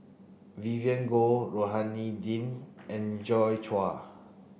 Vivien Goh Rohani Din and Joi Chua